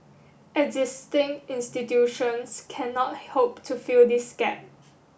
existing institutions cannot hope to fill this gap